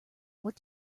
what